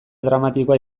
dramatikoa